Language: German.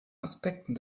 aspekten